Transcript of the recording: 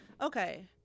okay